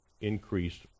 increased